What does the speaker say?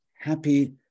happy